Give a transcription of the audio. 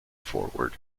forward